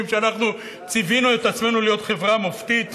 שאנחנו ציווינו את עצמנו להיות חברה מופתית